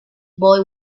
boy